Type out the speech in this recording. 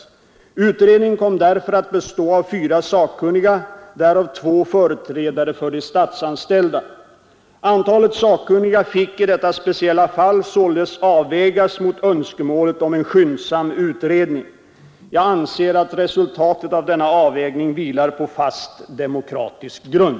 Utredningen kom därför att bestå av fyra sakkunniga, därav två företrädare för de statsanställda. Antalet sakkunniga fick i detta speciella fall således avvägas mot önskemålet om en skyndsam utredning. Jag anser att resultatet av denna avvägning vilar på fast demokratisk grund.